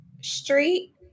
Street